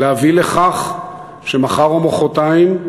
להביא לכך שמחר או מחרתיים,